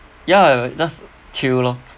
ya just chill lor